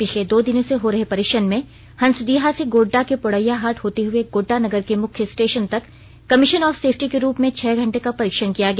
पिछले दो दिनों से हो रहे परीक्षण में हंसडीहा से गोड्डा के पोड़ैयाहाट होते हए गोड्डा नगर के मुख्य स्टेशन तक कमीशन ऑफ सेफ्टी के रूप में छह घंटे का परीक्षण किया गया